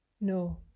no